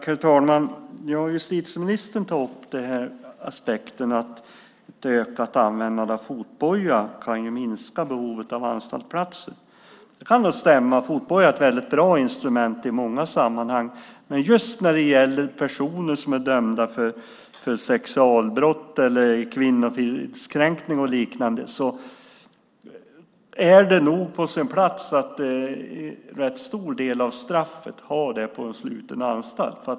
Herr talman! Justitieministern tar upp att ett ökat användande av fotboja kan minska behovet av anstaltsplatser. Det kan nog stämma. Fotboja är ett väldigt bra instrument i många sammanhang. Men just när det gäller personer som är dömda för sexualbrott, kvinnofridskränkning och liknande är det nog på sin plats att en rätt stor del av straffet avtjänas på sluten anstalt.